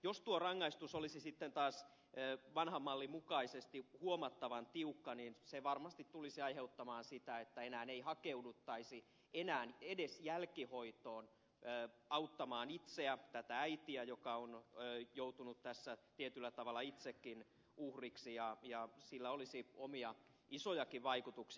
jos tuo rangaistus olisi sitten taas vanhan mallin mukaisesti huomattavan tiukka niin se varmasti tulisi aiheuttamaan sitä että ei hakeuduttaisi enää edes jälkihoitoon auttamaan itseä tätä äitiä joka on joutunut tässä tietyllä tavalla itsekin uhriksi ja sillä olisi omia isojakin vaikutuksia